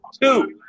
two